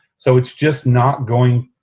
so it's just not going,